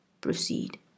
proceed